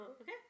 Okay